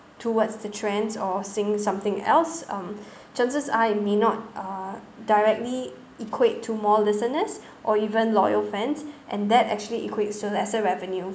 towards the trends or sing something else um chances are it may not uh directly equate to more listeners or even loyal fans and that actually equate to lesser revenue